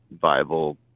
viable